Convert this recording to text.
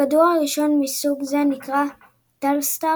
הכדור הראשון מסוג זה נקרא טלסטאר,